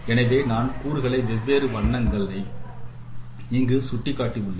எனவே நான் கூறுகளை வெவ்வேறு வண்ணங்கள் இங்கே சுட்டிக் காட்டியுள்ளேன்